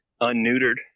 unneutered